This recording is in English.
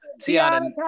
Tiana